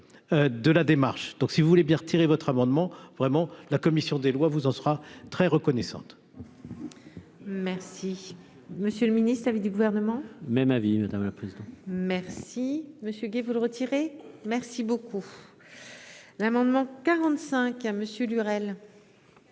de la démarche, donc si vous voulez bien retirer votre amendement vraiment la commission des lois vous en sera très reconnaissante. Merci monsieur le ministre avait du gouvernement même à vivre dans la presse, merci Monsieur Gay, vous le retirer. Merci beaucoup, l'amendement 45 a Monsieur Lurel.